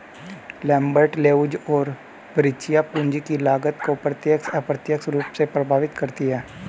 Lambert, Leuz और Verrecchia, पूंजी की लागत को प्रत्यक्ष, अप्रत्यक्ष रूप से प्रभावित करती है